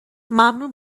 ممنون